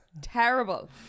Terrible